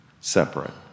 separate